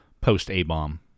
post-A-bomb